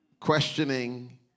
questioning